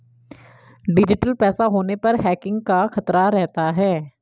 digital पैसा होने पर हैकिंग का खतरा रहता है